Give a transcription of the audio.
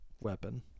weapon